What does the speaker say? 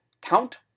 Count